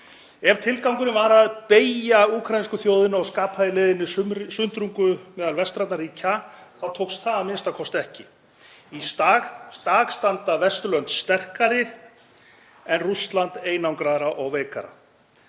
Ef tilgangurinn var að beygja úkraínsku þjóðinni og skapa sundrungu meðal vestrænna ríkja þá tókst það a.m.k. ekki. Í dag standa Vesturlönd sterkari en Rússland einangraðra og veikara.